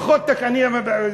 אני מסיים.